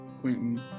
Quentin